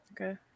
Okay